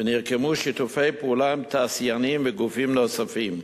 ונרקמו שיתופי פעולה עם תעשיינים וגופים נוספים.